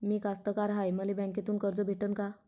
मी कास्तकार हाय, मले बँकेतून कर्ज भेटन का?